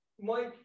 Mike